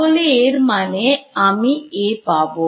তাহলে এর মানে আমি A পাব